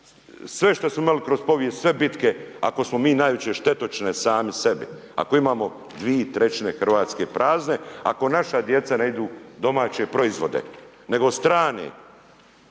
sve što smo imali kroz povijest, sve bitke ako smo mi najveće štetočine sami sebi, ako imamo dvije trećine Hrvatske prazne, ako naša djeca ne jedu domaće proizvode nego strane